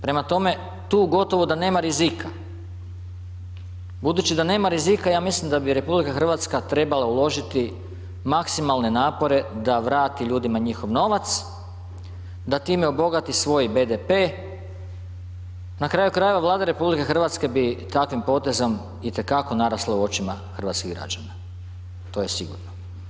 Prema tome, tu gotovo da nema rizika, budući da nema rizika ja mislim da bi RH trebala uložiti maksimalne napore da vrati ljudima njihov novac, da time obogati svoj BDP, na kraju krajeva Vlada RH bi takvim potezom i te kako narasla u očima hrvatskih građana, to je sigurno.